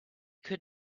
could